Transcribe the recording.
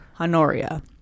Honoria